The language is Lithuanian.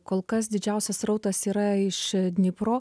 kol kas didžiausias srautas yra iš dnipro